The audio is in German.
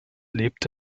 lebt